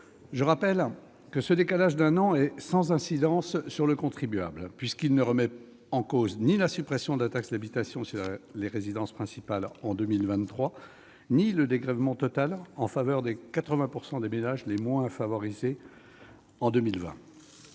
le Sénat. Ce décalage d'un an est sans incidence sur le contribuable, puisqu'il ne remet en cause ni la suppression de la taxe d'habitation sur les résidences principales en 2023 ni le dégrèvement total en faveur des 80 % des ménages les moins favorisés en 2020.